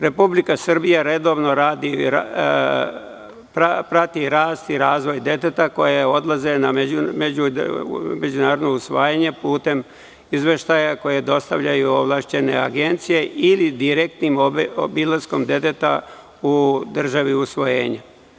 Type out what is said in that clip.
Republika Srbija redovno prati rast i razvoj deteta koja odlaze na međunarodna usvajanja, putem izveštaja koje dostavljaju ovlašćene agencije ili direktnim obilaskom deteta u državi usvojenja.